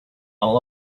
bottle